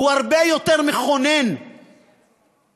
הוא הרבה יותר מכונן מכפי שנדמה.